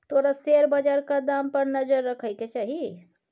तोरा शेयर बजारक दाम पर नजर राखय केँ चाही